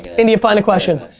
india, find a question.